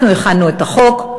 אנחנו הכנו את החוק.